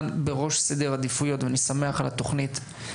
בראש סדר העדיפויות ואני שמח על התוכנית.